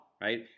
right